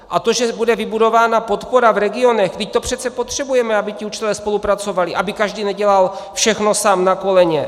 A to, že bude vybudována podpora v regionech vždyť to přece potřebujeme, aby ti učitelé spolupracovali, aby každý nedělal všechno sám na koleně.